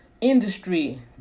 industry